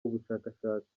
ubushakashatsi